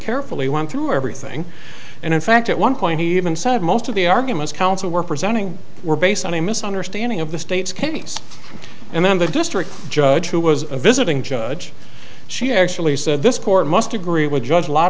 carefully went through everything and in fact at one point even said most of the arguments counsel were presenting were based on a misunderstanding of the state's case and then the district judge who was visiting judge she actually said this court must agree with ju